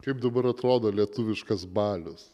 kaip dabar atrodo lietuviškas balius